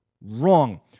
Wrong